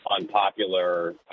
unpopular